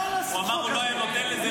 הוא אמר: הוא לא היה נותן לזה לקרות.